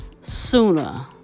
Sooner